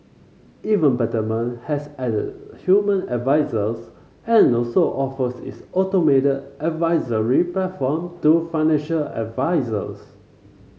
even Betterment has added human advisers and also offers its automated advisory platform to financial advisers